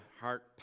heart